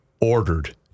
ordered